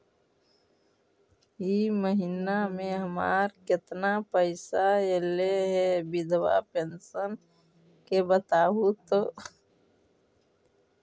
इ महिना मे हमर केतना पैसा ऐले हे बिधबा पेंसन के बताहु तो?